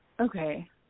Okay